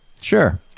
Sure